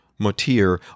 Motir